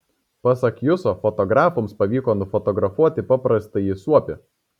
pasak juso fotografams pavyko nufotografuoti paprastąjį suopį